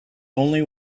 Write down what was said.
only